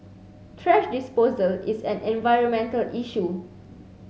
thrash disposal is an environmental issue